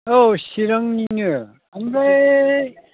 औ चिरांनिनो ओमफ्राय